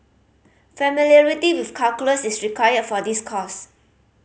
familiarity with calculus is required for this course